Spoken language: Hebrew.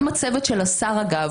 גם הצוות של שר המשפטים,